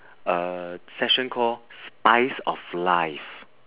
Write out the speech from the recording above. uh session called spice of life